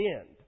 end